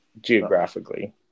geographically